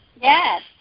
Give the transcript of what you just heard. Yes